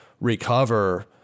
recover